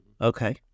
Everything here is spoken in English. Okay